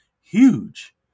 huge